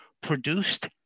produced